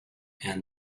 and